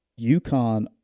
UConn